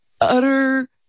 utter